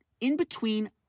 in-between